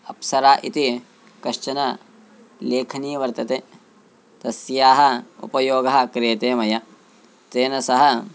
अप्सरा इति कश्चन लेखनी वर्तते तस्याः उपयोगः क्रियते मया तेन सह